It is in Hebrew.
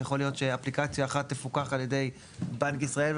יכול להיות שאפליקציה אחת תפוקח על ידי בנק ישראל,